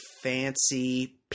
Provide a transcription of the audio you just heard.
fancy